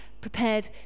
prepared